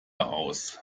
aus